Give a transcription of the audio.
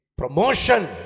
Promotion